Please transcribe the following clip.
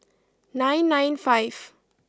nine nine five